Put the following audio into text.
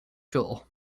shore